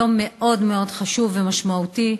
יום מאוד מאוד חשוב ומשמעותי.